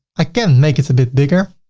i can make it a bit bigger.